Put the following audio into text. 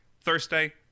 thursday